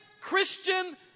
Christian